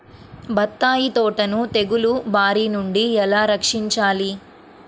బత్తాయి తోటను తెగులు బారి నుండి ఎలా రక్షించాలి?